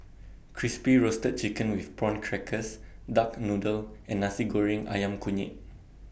Crispy Roasted Chicken with Prawn Crackers Duck Noodle and Nasi Goreng Ayam Kunyit